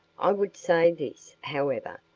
i would say this, however,